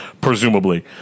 presumably